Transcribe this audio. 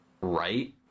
right